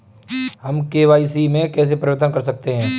हम के.वाई.सी में कैसे परिवर्तन कर सकते हैं?